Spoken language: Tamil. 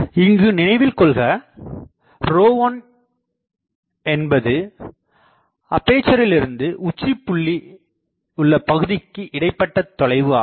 இங்கு நினைவில் கொள்க 1என்பது அப்பேசரிலிருந்து உச்சிபுள்ளி உள்ள பகுதிக்கு இடைப்பட்ட தொலைவு ஆகும்